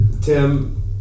Tim